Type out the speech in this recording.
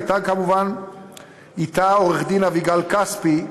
הייתה אתה עורכת-דין אביגל כספי,